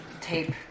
tape